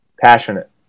Passionate